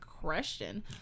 Question